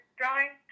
drawing